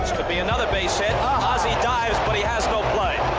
could be another base hit. ozzie dives but he has no play.